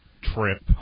trip